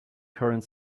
current